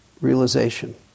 realization